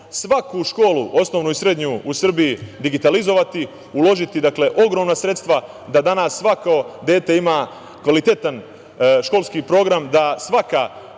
svaku školu, osnovnu i srednju u Srbiji digitalizovati, uložiti ogromna sredstva da danas svako dete ima kvalitetan školski program, da svaka